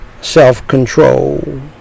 self-control